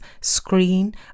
screen